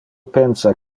pensa